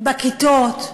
בכיתות,